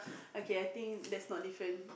okay I think that's not different